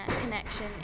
connection